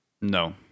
No